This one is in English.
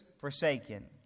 forsaken